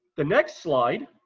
the next slide,